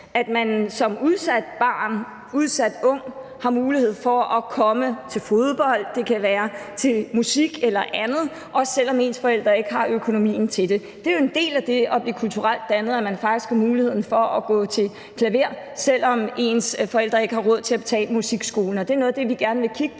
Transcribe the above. at man som udsat barn og udsat ung har mulighed for at komme til fodbold, eller det kan være til musik eller andet, også selv om ens forældre ikke har økonomien til det. Det er jo en del af det at blive kulturelt dannet, altså at man faktisk har muligheden for at gå til klaver, selv om ens forældre ikke har råd til at betale musikskolen. Og det er noget af det, vi gerne vil kigge på.